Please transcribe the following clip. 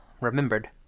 Remembered